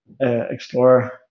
explore